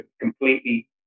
completely